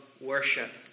worship